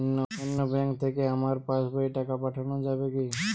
অন্য ব্যাঙ্ক থেকে আমার পাশবইয়ে টাকা পাঠানো যাবে কি?